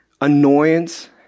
annoyance